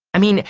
i mean,